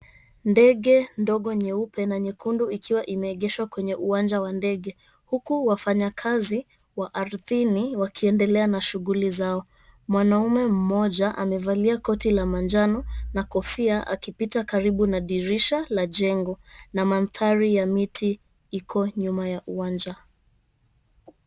Ndege ndogo nyeupe na nyekundu ikiwa imeegeshwa kwenye uwanja wa ndege huku wafanyikazi wa ardhini wakiendelea na shughuli zao. Mwanaume mmoja amevalia koti la manjano na kofia akipita karibu na dirisha la jengo na mandhari ya miti iko nyuma ya uwanja.